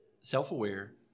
self-aware